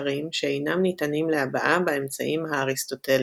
וקשרים שאינם ניתנים להבעה באמצעים האריסטוטליים.